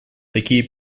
такие